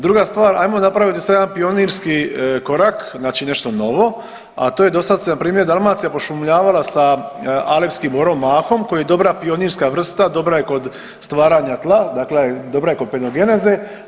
Druga stvar, hajmo napraviti da sam ja pionirski korak, znači nešto novo a to je do sad se na primjer Dalmacija pošumljavala sa alepskim borom vahom koji je dobra pionirska vrsta, dobra je kod stvaranja tla, dakle dobra je kod penogeneze.